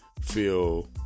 feel